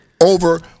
over